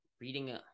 reading